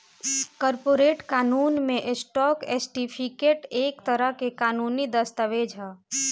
corporate कानून में, stock certificate एक तरह के कानूनी दस्तावेज ह